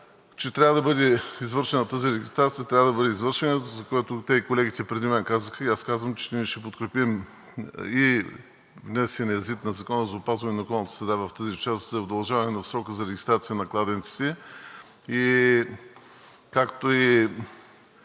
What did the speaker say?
Че трябва да бъде извършена тази регистрация, трябва да бъде извършена. Те и колегите преди мен казаха и аз казвам, че ние ще подкрепим внесения ЗИД на Закона за опазване на околната среда в тази част – за удължаване на срока за регистрация на кладенците. Ще